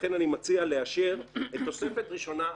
ולכן אני מציע לאשר את תוספת ראשונה א',